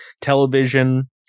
television